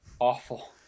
Awful